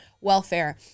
welfare